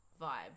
vibe